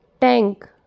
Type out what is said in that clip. Tank